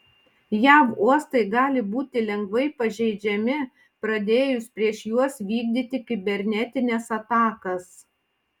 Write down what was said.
jav uostai gali būti lengvai pažeidžiami pradėjus prieš juos vykdyti kibernetines atakas